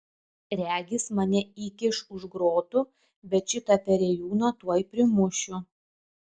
regis mane įkiš už grotų bet šitą perėjūną tuoj primušiu